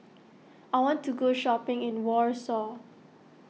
I want to go shopping in Warsaw